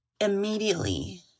immediately